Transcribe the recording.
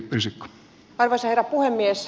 arvoisa herra puhemies